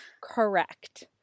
Correct